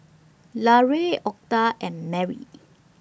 Larae Octa and Merry